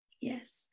yes